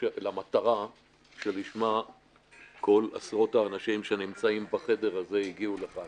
למטרה שלשמה כל עשרות האנשים שנמצאים בחדר הזה הגיעו לכאן.